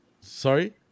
Sorry